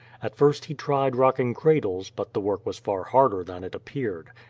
at first he tried rocking cradles, but the work was far harder than it appeared.